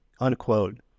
unquote